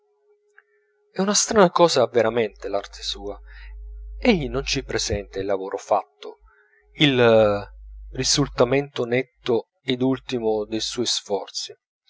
è una strana cosa veramente l'arte sua egli non ci presenta il lavoro fatto il risultamento netto ed ultimo dei suoi sforzi